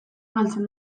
galtzen